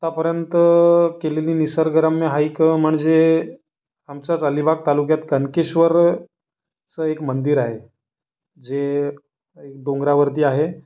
आत्तापर्यंत केलेली निसर्गरम्य हाईक म्हणजे आमच्याच अलिबाग तालुक्यात कनकेश्वरचं एक मंदिर आहे जे डोंगरावरती आहे